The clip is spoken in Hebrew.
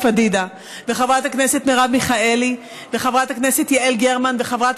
פדידה וחברת הכנסת מרב מיכאלי וחברת הכנסת יעל גרמן וחברת